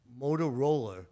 Motorola